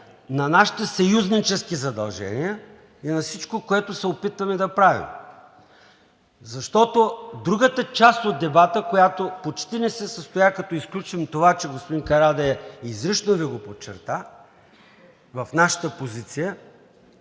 на нашите съюзнически задължения и на всичко, което се опитваме да правим, защото другата част от дебата, която почти не се състоя, като изключим това, че господин Карадайъ изрично подчерта в нашата позиция,